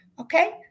Okay